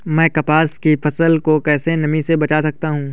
मैं कपास की फसल को कैसे नमी से बचा सकता हूँ?